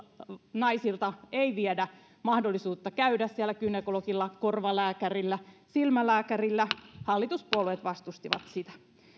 naisilta ei viedä mahdollisuutta käydä siellä gynekologilla korvalääkärillä silmälääkärillä hallituspuolueet vastustivat sitä